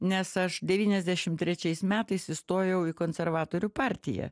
nes aš devyniasdešim trečiais metais įstojau į konservatorių partiją